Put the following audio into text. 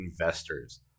investors